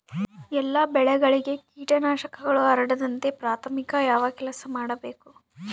ಎಲ್ಲ ಬೆಳೆಗಳಿಗೆ ಕೇಟನಾಶಕಗಳು ಹರಡದಂತೆ ಪ್ರಾಥಮಿಕ ಯಾವ ಕೆಲಸ ಮಾಡಬೇಕು?